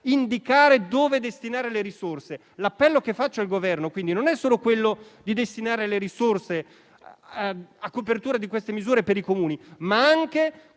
indicare dove destinare le risorse. L'appello che faccio al Governo, quindi, non è solo quello di destinare le risorse a copertura di queste misure per i Comuni, ma anche